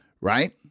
right